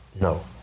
No